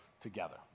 together